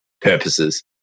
purposes